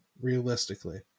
realistically